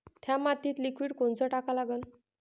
थ्या मातीत लिक्विड कोनचं टाका लागन?